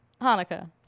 Hanukkah